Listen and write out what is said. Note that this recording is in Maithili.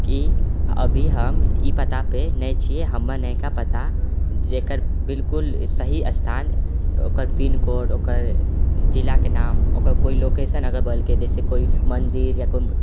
अभी हम ई पता पर नहि छियै अभी हम नयका पता जकर बिलकुल सही स्थान ओकर पिन कोड ओकर जिलाके नाम लोकेशन बोलि के दै छियै कोई मन्दिर या